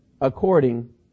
according